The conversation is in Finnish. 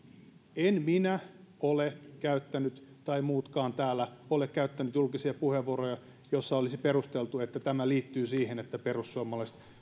en minä ole käyttänyt eivätkä muutkaan täällä ole käyttäneet julkisia puheenvuoroja joissa tätä olisi perusteltu niin että tämä liittyy siihen että perussuomalaisia